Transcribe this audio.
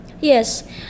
Yes